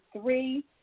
three